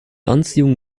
anziehung